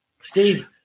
Steve